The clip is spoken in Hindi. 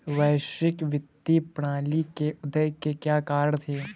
वैश्विक वित्तीय प्रणाली के उदय के क्या कारण थे?